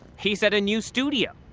he's at a new studio.